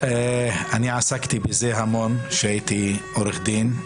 אני עסקתי בזה המון כשהייתי עורך דין,